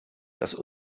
dass